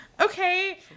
Okay